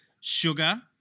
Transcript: Sugar